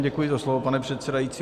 Děkuji za slovo, pane předsedající.